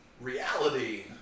reality